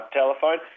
telephone